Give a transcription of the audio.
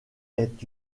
est